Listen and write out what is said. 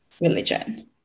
religion